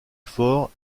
fort